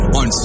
on